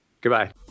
goodbye